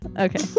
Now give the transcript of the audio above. Okay